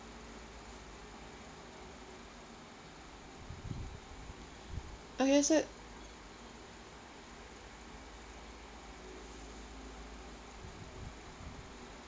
okay so